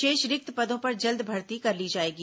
शेष रिक्त पदों पर जल्द भर्ती कर ली जाएगी